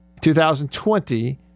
2020